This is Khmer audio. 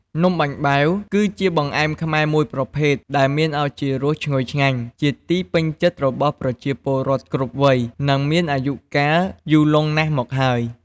នំបាញ់បែវ គឺជាបង្អែមខ្មែរមួយប្រភេទដែលមានឱជារសឈ្ងុយឆ្ងាញ់ ជាទីពេញចិត្តរបស់ប្រជាពលរដ្ឋគ្រប់វ័យ និងមានអាយុកាលយូរលង់ណាស់មកហើយ។